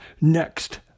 Next